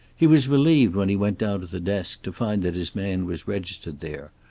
he was relieved when he went down to the desk to find that his man was registered there,